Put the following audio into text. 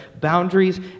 boundaries